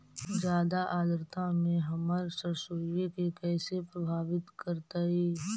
जादा आद्रता में हमर सरसोईय के कैसे प्रभावित करतई?